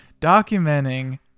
documenting